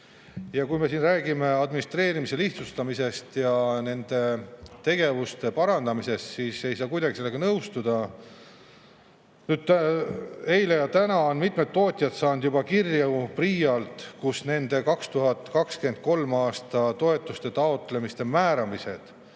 Kui me räägime siin administreerimise lihtsustamisest ja nende tegevuste parandamisest, siis ei saa ma kuidagi sellega nõustuda. Eile ja täna on mitmed tootjad saanud juba PRIA‑lt kirju, et nende 2023. aastal taotletud toetuste määramised